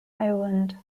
island